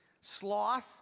Sloth